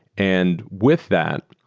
and with that,